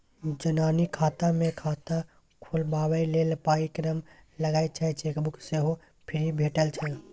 जनानी खाता मे खाता खोलबाबै लेल पाइ कम लगै छै चेकबुक सेहो फ्री भेटय छै